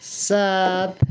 सात